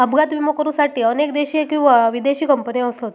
अपघात विमो करुसाठी अनेक देशी किंवा विदेशी कंपने असत